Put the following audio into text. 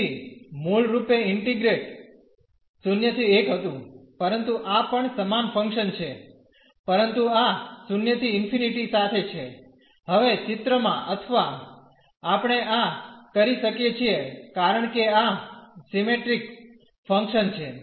તેથી મૂળરુપે ઇન્ટીગ્રેટ 0 થી 1 હતું પરંતુ આ પણ સમાન ફંકશન છે પરંતુ આ 0 થી ∞ સાથે છે હવે ચિત્રમાં અથવા આપણે આ કરી શકીએ છીએ કારણ કે આ સિમેટ્રીક ફંકશન છે